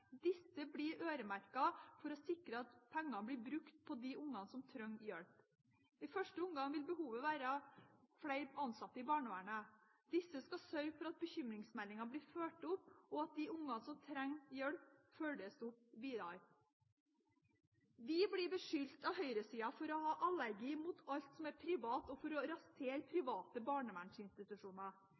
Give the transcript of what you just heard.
Disse blir øremerket for å sikre at pengene blir brukt på de barna som trenger hjelp. I første omgang vil behovet være flere ansatte i barnevernet. Disse skal sørge for at bekymringsmeldinger blir fulgt opp, og at de barna som trenger hjelp, følges opp videre. Vi blir beskyldt av høyresida for å ha allergi mot alt som er privat, og for å rasere private barnevernsinstitusjoner.